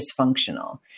dysfunctional